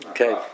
Okay